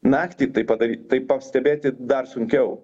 naktį tai padaryt tai pastebėti dar sunkiau